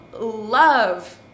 love